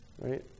right